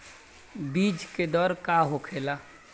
बीज के दर का होखेला?